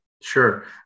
Sure